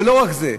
ולא רק זה,